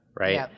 right